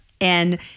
and-